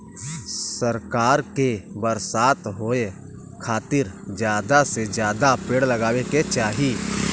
सरकार के बरसात होए के खातिर जादा से जादा पेड़ लगावे के चाही